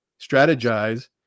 strategize